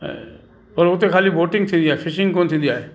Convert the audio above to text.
ऐं पर हुते खाली बोटिंग थींदी आहे फ़िशिंग कोन थींदी आहे